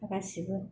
गासिबो